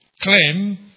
claim